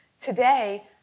Today